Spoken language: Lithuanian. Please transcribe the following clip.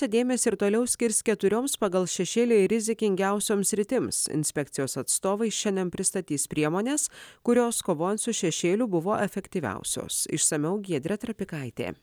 dėmesį ir toliau skirs keturioms pagal šešėlį rizikingiausioms sritims inspekcijos atstovai šiandien pristatys priemones kurios kovojant su šešėliu buvo efektyviausios išsamiau giedrė trapikaitė